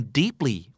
deeply